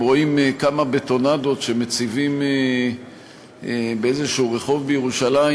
הם רואים כמה בטונדות שמציבים באיזה רחוב בירושלים